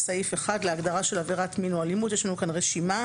(סעיף 1 להגדרה "עבירת מין או אלימות")" יש לנו כאן רשימה,